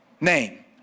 name